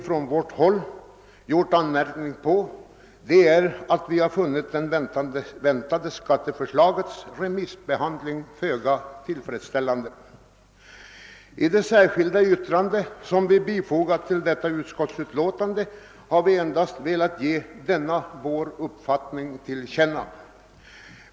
Från vårt håll har vi anmärkt att vi funnit remissbehandlingen av det väntade skatteförslaget föga tillfredsställande, och i det särskilda yttrande som vi fogat till utskottsutlåtandet har vi endast velat ge denna vår uppfattning till känna.